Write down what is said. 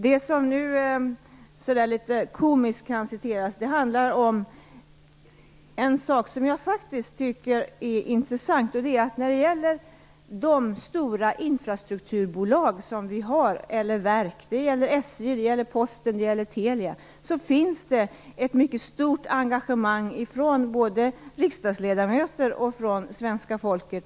Det som nu citeras litet komiskt handlar om någonting som jag faktiskt tycker är intressant. När det gäller våra stora infrastrukturbolag eller verk - SJ, Posten och Telia - finns det ett mycket stort engagemang från både riksdagsledamöter och svenska folket.